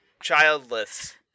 childless